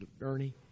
Ernie